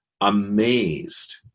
amazed